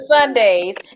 Sundays